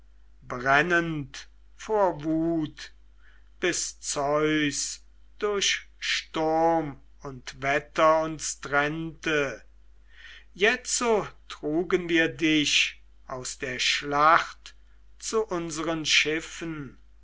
brennend vor wut bis zeus durch sturm und wetter uns trennte jetzo trugen wir dich aus der schlacht zu unseren schiffen